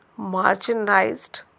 marginalized